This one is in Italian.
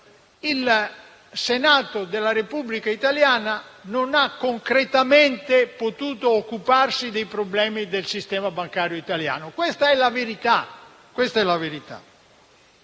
il Senato della Repubblica italiano non ha concretamente potuto occuparsi dei problemi del sistema bancario italiano. Questa è la verità.